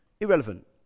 Irrelevant